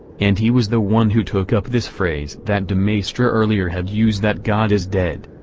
and he was the one who took up this phrase that demaistre earlier had used that god is dead.